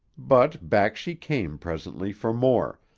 but back she came presently for more,